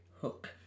Hook